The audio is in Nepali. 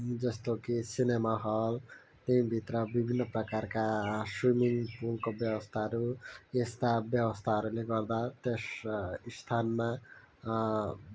जस्तो कि सिनेमा हल त्यँहीभित्र विभिन्न प्रकारका स्विमिङ पुलको व्यवस्थाहरू यस्ता व्यवस्थाहरूले गर्दा त्यस स्थानमा